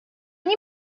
nie